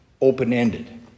open-ended